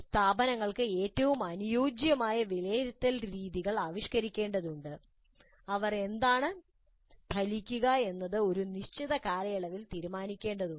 സ്ഥാപനങ്ങൾക്ക് ഏറ്റവും അനുയോജ്യമായ വിലയിരുത്തൽ രീതികൾ ആവിഷ്കരിക്കേണ്ടതുണ്ട് അവർക്ക് എന്താണ് ഫലിക്കുക എന്നത് അവർ ഒരു നിശ്ചിത കാലയളവിൽ തീരുമാനിക്കേണ്ടതുണ്ട്